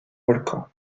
volcan